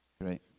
Great